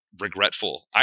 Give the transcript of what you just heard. regretful